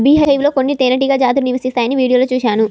beehive లో కొన్ని తేనెటీగ జాతులు నివసిస్తాయని వీడియోలో చూశాను